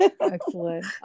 excellent